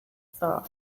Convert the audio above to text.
saw